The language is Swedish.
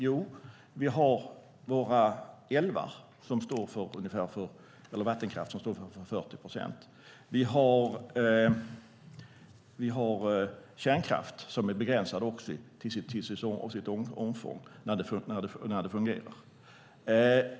Jo, vi har vår vattenkraft som står för ungefär 40 procent. Vi har kärnkraften som också är begränsad till sitt omfång när den fungerar.